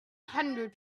hundred